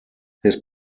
his